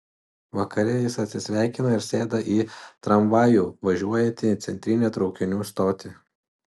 vakare jis atsisveikina ir sėda į tramvajų važiuojantį į centrinę traukinių stotį